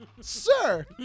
Sir